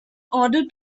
order